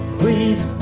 please